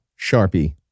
Sharpie